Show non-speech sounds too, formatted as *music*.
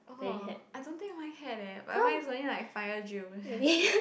oh I don't think mine had eh but mine is only like fire drill *laughs*